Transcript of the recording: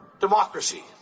democracy